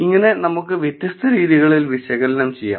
ഇങ്ങനെ നമുക്ക് വ്യത്യസ്ത രീതികളിൽ വിശകലനം ചെയ്യാം